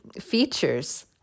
features